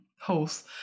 host